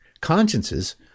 consciences